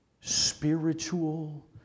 spiritual